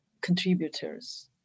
contributors